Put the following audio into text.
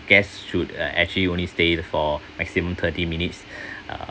guests should uh actually only stay for maximum thirty minutes uh